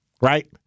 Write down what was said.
Right